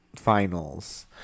finals